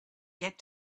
get